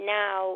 now